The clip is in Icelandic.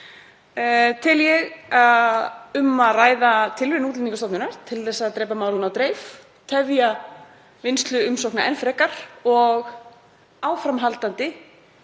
Tel ég um að ræða tilraun Útlendingastofnunar til að drepa málinu á dreif, tefja vinnslu umsókna enn frekar og áframhaldandi